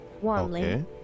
warmly